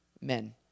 men